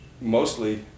mostly